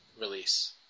release